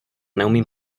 neumím